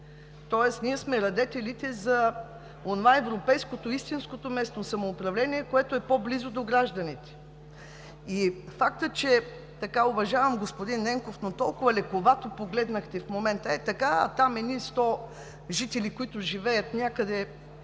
Тоест ние сме радетелите за онова европейското, истинското местно самоуправление, което е по-близо до гражданите. Факт е, че уважавам господин Ненков, но толкова лековато погледнахте в момента – ей така едни 100 жители, които живеят някъде